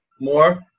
more